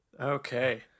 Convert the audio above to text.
Okay